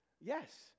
Yes